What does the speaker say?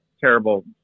terrible